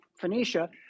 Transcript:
Phoenicia